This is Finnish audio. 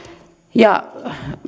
ja